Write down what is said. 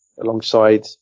alongside